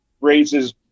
raises